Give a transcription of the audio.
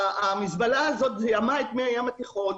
המזבלה הזאת זיהמה את מי הים התיכון,